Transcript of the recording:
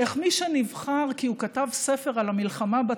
ואני מכבד את חברי חבר הכנסת אילטוב,